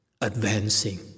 advancing